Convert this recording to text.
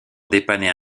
dépanner